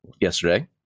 yesterday